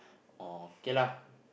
oh okay lah